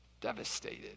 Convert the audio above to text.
devastated